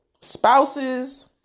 spouses